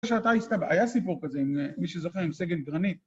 ‫היה סיפור כזה, ‫מי שזוכר, עם סגן גרניט.